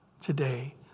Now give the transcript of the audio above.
today